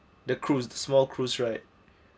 the cruise the small cruise right